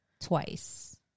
twice